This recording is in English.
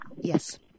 Yes